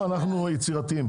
אנחנו יצירתיים.